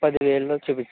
పది వేలలో చూపించండి